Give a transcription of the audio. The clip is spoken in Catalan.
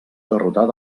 derrotat